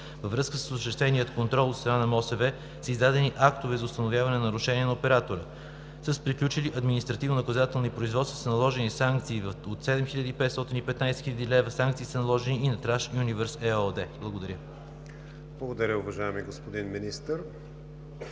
Благодаря Ви, уважаеми господин Министър.